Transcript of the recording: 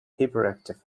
hyperactive